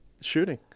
shooting